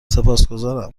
سپاسگزارم